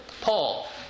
Paul